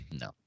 No